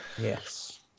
Yes